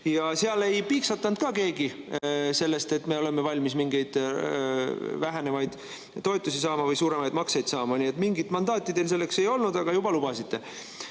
ja seal ei piiksatanud keegi sellest, et me oleme valmis mingeid vähenevaid toetusi saama või suuremaid makseid saama. Nii et mingit mandaati teil selleks ei olnud, aga juba lubasite. Tulen